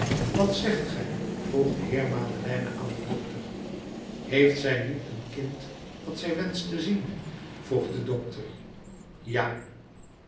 wat zegt gij vroeg de heer madeleine aan den dokter heeft zij niet een kind dat zij wenscht te zien vroeg de dokter ja